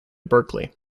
berkeley